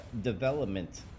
development